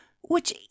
which